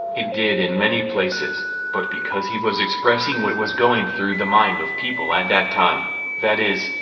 it did in many places but because he was expressing what was going through the mind of people at that time that is,